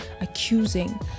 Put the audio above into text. accusing